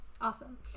Awesome